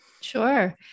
Sure